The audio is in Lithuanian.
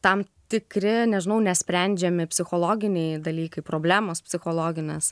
tam tikri nežinau nesprendžiami psichologiniai dalykai problemos psichologinės